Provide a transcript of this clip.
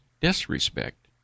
disrespect